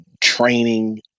training